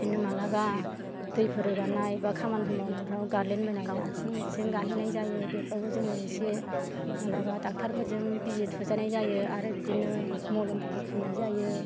बिदिनो मालाबा दैफोर रोगानाय बा खामानिफोर मावनायफ्राव गादलिन बायनानै आथिं उथिं गाहेनाय जायो बेफ्रावबो जोङो एसे मालाबा डाक्टारफोरजों बिजि थुजानाय जायो आरो बिदिनो मलमफोरबो फुननाय जायो